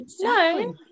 No